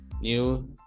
New